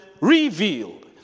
revealed